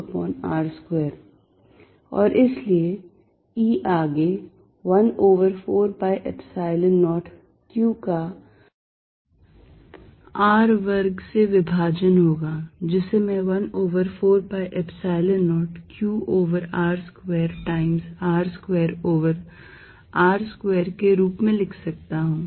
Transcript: ER14π0QR2 और इसलिए E आगे 1 over 4 pi Epsilon 0 Q का r वर्ग से विभाजन होगा जिसे मैं 1 over 4 pi Epsilon 0 Q over R square times R square over r square के रूप में लिख सकता हूं